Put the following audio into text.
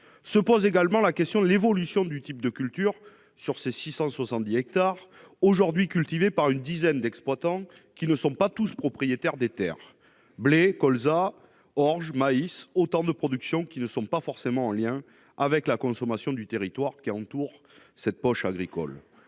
se pose également de l'évolution du type de cultures sur ces 670 hectares aujourd'hui cultivés par une dizaine d'exploitants, qui ne sont pas tous propriétaires des terres. Blé, colza, orge, maïs : autant de productions qui ne sont pas forcément en rapport avec la consommation du territoire qui entoure cette poche agricole.